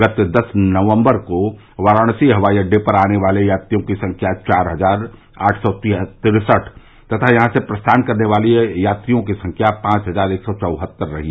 गत दस नक्म्बर को वाराणसी हवाई अड्डे पर आने वाले यात्रियों की संख्या चार हजार आठ सौ तिरसठ तथा यहां से प्रस्थान करने वाले यात्रियों की संख्या पांच हजार एक सौ चौहत्तर रही